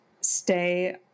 stay